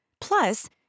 Plus